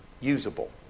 usable